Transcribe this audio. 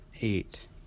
eight